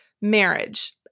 marriage